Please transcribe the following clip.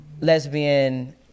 lesbian